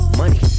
money